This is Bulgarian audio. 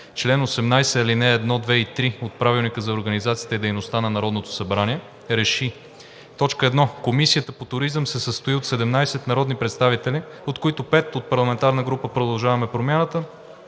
чл. 18, ал. 1, 2 и 3 от Правилника за организацията и дейността на Народното събрание РЕШИ: 1. Комисията по отбрана се състои от 17 народни представители, от които: 5 от парламентарната група на „Продължаваме Промяната“,